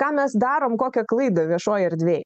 ką mes darom kokią klaidą viešoj erdvėj